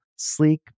sleek